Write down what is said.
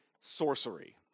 sorcery